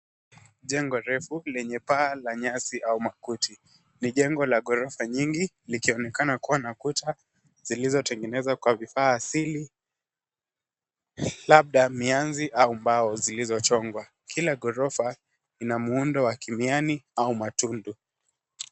Jengo refu lenye paa la nyasi au makuti. Ni jengo la ghorofa nyingi, likionekana kuwa na kuta zilizotengenezwa kwa vifaa asili , labda mianzi au mbao zilizochongwa. Kila ghorofa lina muundo wa kimiani au matundu.